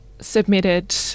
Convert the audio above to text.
submitted